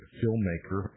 filmmaker